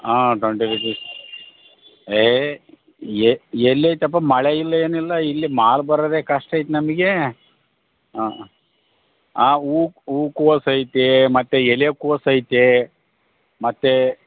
ಹಾಂ ಏಯ್ ಎಲ್ಲಿ ಐತಪ್ಪ ಮಳೆ ಇಲ್ಲ ಏನಿಲ್ಲ ಇಲ್ಲಿ ಮಾಲು ಬರೋದೇ ಕಷ್ಟ ಐತೆ ನಮಗೆ ಹಾಂ ಹಾಂ ಹೂಕೋಸ್ ಐತೆ ಮತ್ತು ಎಲೆ ಕೋಸು ಐತೆ ಮತ್ತು